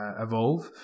evolve